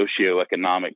socioeconomic